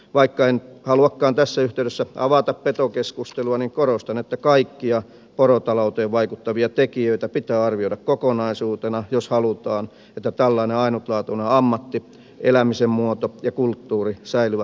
vaikka en haluakaan tässä yhteydessä avata petokeskustelua niin korostan että kaikkia porotalouteen vaikuttavia tekijöitä pitää arvioida kokonaisuutena jos halutaan että tällainen ainutlaatuinen ammatti elämisen muoto ja kulttuuri säilyvät tulevaisuudessa